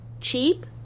Cheap